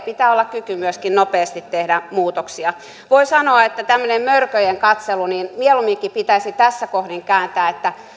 pitää olla kyky myöskin nopeasti tehdä muutoksia voi sanoa että tämmöinen mörköjen katselu mieluumminkin pitäisi tässä kohdin kääntää että